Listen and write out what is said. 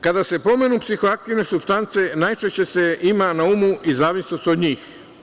Kada se pomenu psihoaktivne supstance, najčešće se ima na umu i zavisnost od njih.